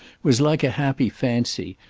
was like a happy fancy,